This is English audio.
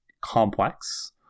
complex